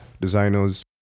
designers